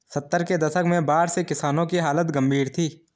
सत्तर के दशक में बाढ़ से किसानों की हालत गंभीर थी